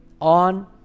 on